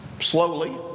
slowly